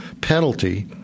penalty